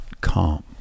calm